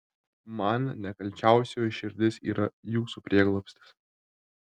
man nekalčiausioji širdis yra jūsų prieglobstis